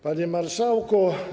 Panie Marszałku!